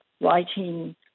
writing